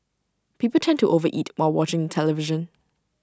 people tend to overeat while watching the television